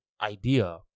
idea